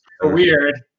weird